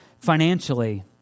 Financially